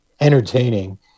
entertaining